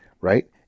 right